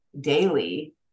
daily